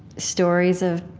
stories of